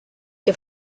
che